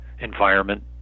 environment